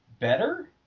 better